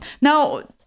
now